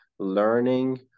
learning